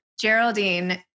Geraldine